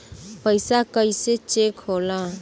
पैसा कइसे चेक होला?